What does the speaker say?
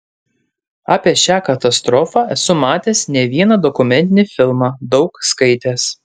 apie šią katastrofą esu matęs ne vieną dokumentinį filmą daug skaitęs